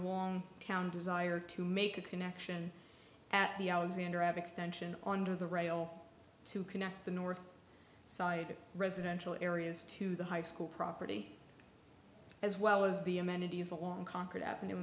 long town desire to make a connection at the alexander have extension on to the rail to connect the north side of residential areas to the high school property as well as the amenities along concord avenue